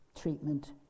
treatment